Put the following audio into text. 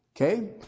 Okay